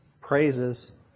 praises